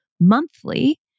monthly